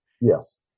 Yes